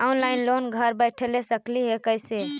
Online loan घर बैठे ले सकली हे, कैसे?